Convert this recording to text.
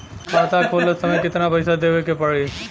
खाता खोलत समय कितना पैसा देवे के पड़ी?